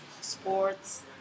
sports